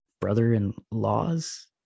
brother-in-laws